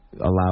allow